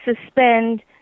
suspend